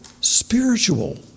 spiritual